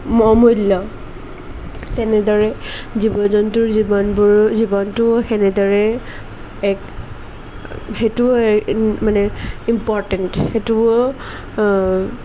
অমূল্য তেনেদৰে জীৱ জন্তুৰ জীৱনবোৰো জীৱনটোও সেনেদৰে এক সেইটো মানে ইম্পৰটেণ্ট সেইটোও